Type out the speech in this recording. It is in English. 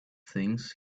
things